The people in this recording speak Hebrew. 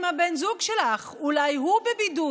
אם בן הזוג שלך אולי בבידוד,